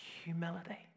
Humility